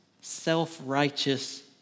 self-righteous